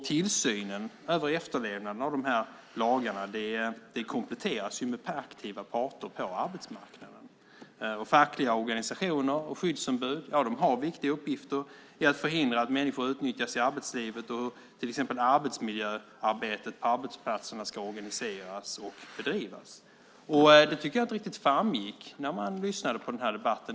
Tillsynen av efterlevnaden av dessa lagar kompletteras med aktiva parter på arbetsmarknaden. Fackliga organisationer och skyddsombud har viktiga uppgifter för att förhindra att människor utnyttjas i arbetslivet och för hur till exempel arbetsmiljöarbetet på arbetsplatserna ska organiseras och bedrivas. Det tycker jag inte riktigt framgick när man lyssnade på debatten.